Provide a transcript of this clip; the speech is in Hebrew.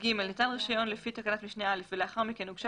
ניתן רישיון לפי תקנת משנה (א) ולאחר מכן הוגשה